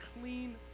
clean